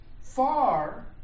far